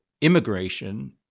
immigration